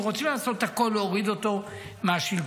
ורוצים לעשות הכול להוריד אותו מהשלטון.